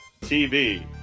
TV